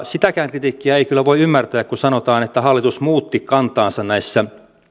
sitäkään kritiikkiä ei kyllä voi ymmärtää kun sanotaan että hallitus muutti kantaansa näissä